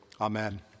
Amen